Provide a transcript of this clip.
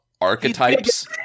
archetypes